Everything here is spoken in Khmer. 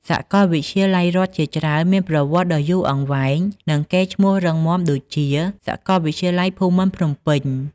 សាកលវិទ្យាល័យរដ្ឋជាច្រើនមានប្រវត្តិដ៏យូរអង្វែង និងកេរ្តិ៍ឈ្មោះរឹងមាំដូចជា សាកលវិទ្យាល័យភូមិន្ទភ្នំពេញ។